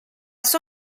sua